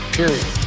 period